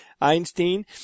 Einstein